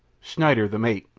schneider, the mate,